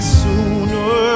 sooner